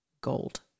Gold